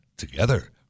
together